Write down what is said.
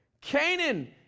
Canaan